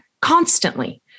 constantly